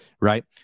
right